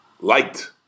light